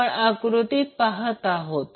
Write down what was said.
या आकृतीत आपण पाहत आहोत